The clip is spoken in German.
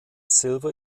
silver